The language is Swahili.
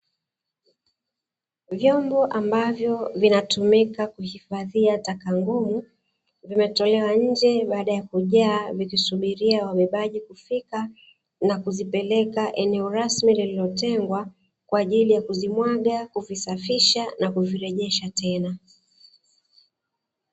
Vyombo ambavyo vinatumika kuhifadhia taka ngumu, vimetolewa nje baada ya kujaa vikisubiria wabebaji kufika na kuzipeleka eneo rasmi lililotengwa kwa ajili ya kuzimwaga, kuvisafisha na kuvirejesha tena.